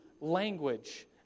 language